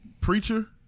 preacher